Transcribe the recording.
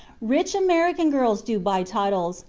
rich american girls do buy titles,